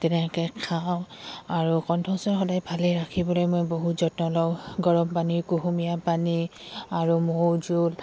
তেনেকৈ খাওঁ আৰু কণ্ঠচৰ সদায় ভালে ৰাখিবলৈ মই বহুত যত্ন লওঁ গৰম পানী কুহুমীয়া পানী আৰু মৌজোল